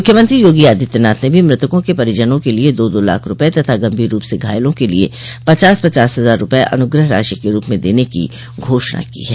मुख्य्मंत्री योगी आदित्यनाथ ने भी मृतकों के परिजनों के लिए दो दो लाख रूपय तथा गंभीर रूप से घायलों के लिए पचास पचास हजार रूपये अनुग्रह राशि के रूप में देने की घोषणा की है